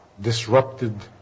disrupted